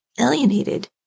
alienated